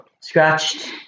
Scratched